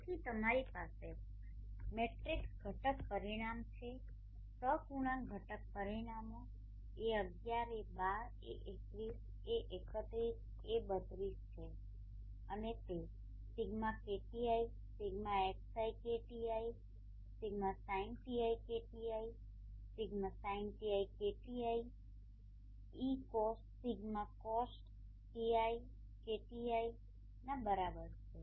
તેથી તમારી પાસે મેટ્રિક્સ ઘટક પરિમાણો છે સહગુણાંક ઘટક પરિમાણો a11 a12 a21 a31 a32 છે અને તે ΣKTi ΣxiKti ΣsinτiKTi Σxisinτi KTi Σcosτi KTiના બરાબર છે